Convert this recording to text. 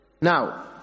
Now